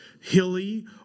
hilly